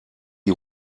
die